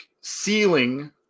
ceiling